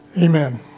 Amen